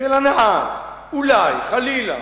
של הנאה אולי, חלילה,